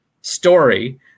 story